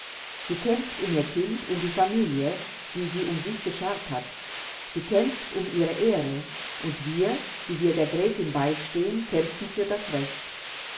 sie kämpft um ihr kind und die familie die sich um sie geschart hat sie kämpft um ihre ehre und wir die wir der gräfin beistehen kämpfen für das recht